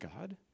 God